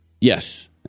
Yes